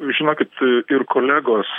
žinokit ir kolegos